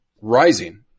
rising